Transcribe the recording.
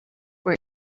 were